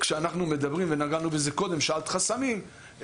שאלת חסמים,